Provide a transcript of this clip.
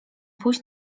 pójść